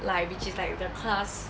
like which is like the class